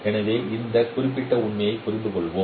எனவே இந்த குறிப்பிட்ட உண்மையை புரிந்துகொள்வோம்